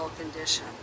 condition